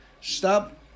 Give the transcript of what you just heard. Stop